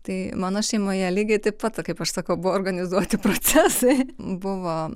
tai mano šeimoje lygiai taip pat kaip aš sakau buvo organizuoti procesai buvo